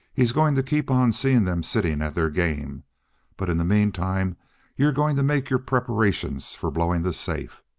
he's going to keep on seeing them sitting at their game but in the meantime you're going to make your preparations for blowing the safe.